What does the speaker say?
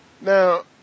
Now